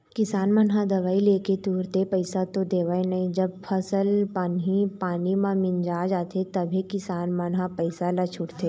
किसान मन ह दवई लेके तुरते पइसा तो देवय नई जब फसल पानी ह मिंजा जाथे तभे किसान मन ह पइसा ल छूटथे